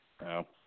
No